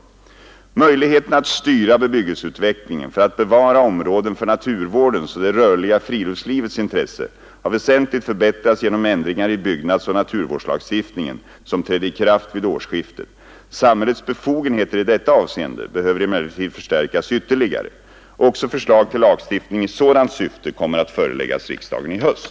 Möjligheterna att styra bebyggelseutvecklingen för att bevara områden för naturvårdens och det rörliga friluftslivets intresse har väsentligt förbättrats genom ändringar i byggnadsoch naturvårdslagstiftningen, som trädde i kraft vid årsskiftet. Samhällets befogenheter i detta avseende behöver emellertid förstärkas ytterligare. Också förslag till lagstiftning i sådant syfte kommer att föreläggas riksdagen i höst.